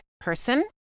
person